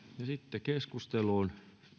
ja sitten keskusteluun